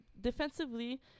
defensively